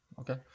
Okay